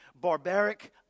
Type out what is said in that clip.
Barbaric